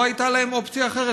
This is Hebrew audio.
לא הייתה להם אופציה אחרת,